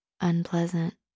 unpleasant